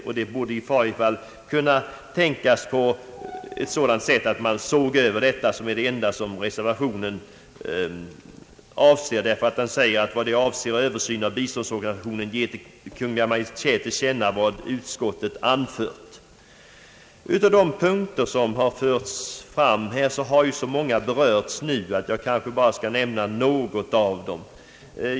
Man borde i alla fall kunna tänka sig att göra en översyn av biståndsorganisationen, vilket är det enda som reservationen avser. Jag skall bara nämna några av dessa punkter, eftersom så många redan har berörts.